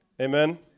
Amen